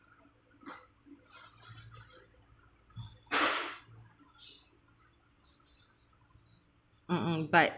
mm mm but